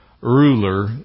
ruler